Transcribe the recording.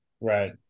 Right